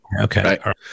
Okay